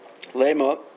Lema